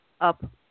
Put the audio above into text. up